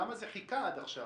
למה זה חיכה עד עכשיו?